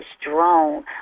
strong